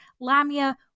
Lamia